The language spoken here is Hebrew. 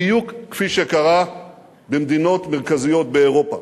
בדיוק כפי שקרה במדינות מרכזיות באירופה.